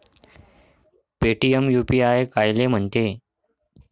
Paytm UPI कायले म्हनते?